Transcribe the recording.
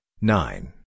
nine